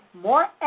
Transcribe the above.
more